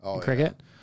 cricket